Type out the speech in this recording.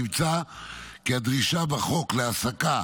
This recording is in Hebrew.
נמצא כי הדרישה בחוק להעסקה